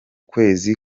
kwezi